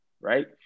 right